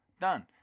done